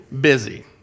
busy